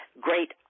great